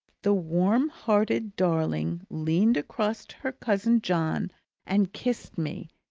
the warm-hearted darling leaned across her cousin john and kissed me,